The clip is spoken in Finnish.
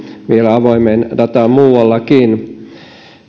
avoimeen dataan muuallakin